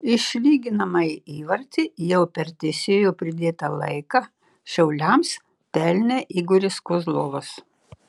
išlyginamąjį įvartį jau per teisėjo pridėtą laiką šiauliams pelnė igoris kozlovas